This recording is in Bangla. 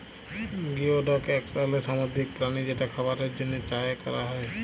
গিওডক এক ধরলের সামুদ্রিক প্রাণী যেটা খাবারের জন্হে চাএ ক্যরা হ্যয়ে